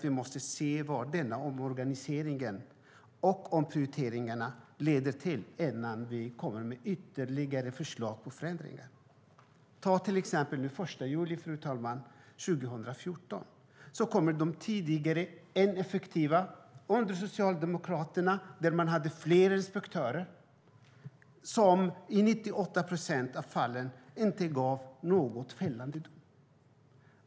Vi måste se vad omorganisationen och omprioriteringarna leder till innan vi kommer med ytterligare förslag till förändringar. Fru talman! Tidigare, under Socialdemokraterna, var det ineffektivt. Man hade fler inspektörer, men i 98 procent av fallen blev det inte någon fällande dom.